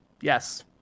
Yes